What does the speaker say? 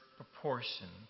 proportion